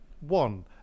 One